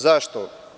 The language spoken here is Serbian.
Zašto?